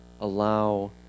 allow